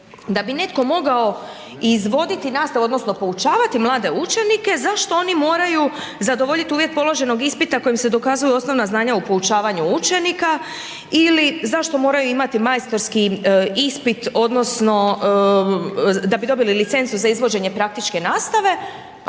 da bi netko mogao izvoditi nastavu odnosno poučavati mlade učenike, zašto oni moraju zadovoljiti uvjet položenog ispita ako im se dokazuju osnovna znanja o poučavanju učenika ili zašto moraju imati majstorski ispit odnosno da bi dobili licencu za izvođenje praktične nastave.